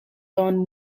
don